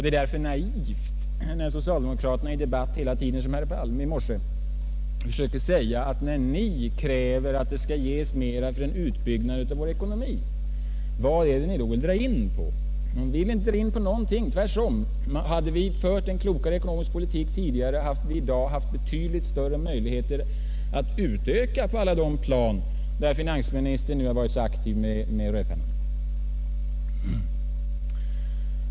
Det är därför naivt när socialdemokraterna i debatten — som herr Palme i morse — hela tiden frågar: ”När ni kräver att det skall ges mera till en utbyggnad av produktionsapparaten i vår ekonomi, vad är det ni då vill dra in på?” Vi vill inte dra in på någonting, tvärtom. Hade det förts en klokare ekonomisk politik tidigare, hade vi i dag haft betydligt större möjligheter att utöka på alla de plan där finansministern nu har varit så aktiv med rödpennan.